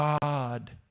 God